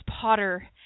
Potter